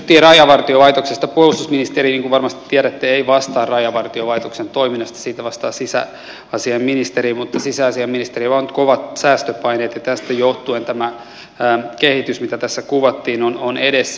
puolustusministeri niin kuin varmasti tiedätte ei vastaa rajavartiolaitoksen toiminnasta siitä vastaa sisäasiainministeri mutta sisäasiainministeriöllä on nyt kovat säästöpaineet ja tästä johtuen tämä kehitys mitä tässä kuvattiin on edessä